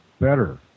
better